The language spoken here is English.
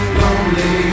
lonely